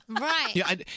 Right